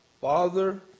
Father